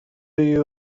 you